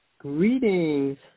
Greetings